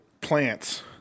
plants